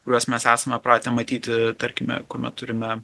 kuriuos mes esame pratę matyti tarkime kuomet turime